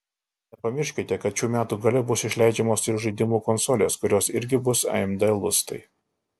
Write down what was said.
nepamirškite kad šių metų gale bus išleidžiamos ir žaidimų konsolės kuriose irgi bus amd lustai